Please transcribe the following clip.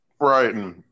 Right